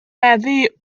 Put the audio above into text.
meddu